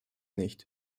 nicht